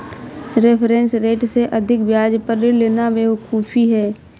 reference rate से अधिक ब्याज पर ऋण लेना बेवकूफी है